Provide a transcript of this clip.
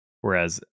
Whereas